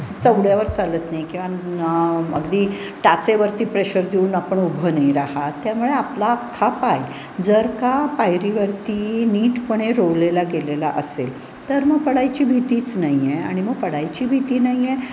असं चवड्यावर चालत नाही किंवा अगदी टाचेवरती प्रेशर देऊन आपण उभं नाही राहात त्यामुळे आपला हा पाय जर का पायरीवरती नीटपणे रोवलेला गेलेला असेल तर मग पडायची भीतीच नाही आहे आणि मग पडायची भीती नाही आहे